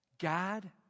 God